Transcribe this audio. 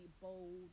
bold